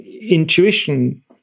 intuition